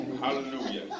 Hallelujah